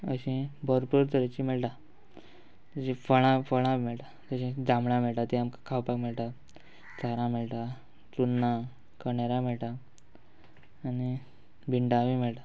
अशी भरपूर तरेची मेळटा जशी फळां फळां मेळटा जशी जांबळां मेळटा ती आमकां खावपाक मेळटा चारां मेळटा चुन्नां कनेरां मेळटा आनी भिंडा बी मेळटा